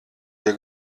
wir